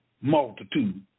multitude